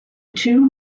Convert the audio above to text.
two